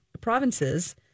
provinces